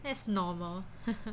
that's normal